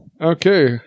Okay